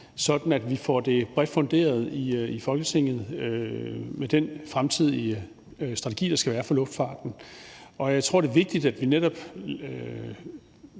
sådan at vi får det bredt funderet i Folketinget med den fremtidige strategi, der skal være for luftfarten. Jeg tror, det er vigtigt, at vi netop